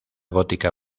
gótica